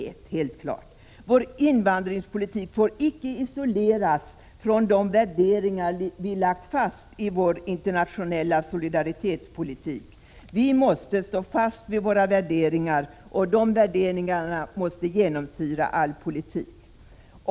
127 Vår invandringspolitik får icke isoleras från de värderingar vi lagt fast i vår internationella solidaritetspolitik. Vi måste stå fast vid våra värderingar, som också måste genomsyra all politik.